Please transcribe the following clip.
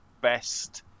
best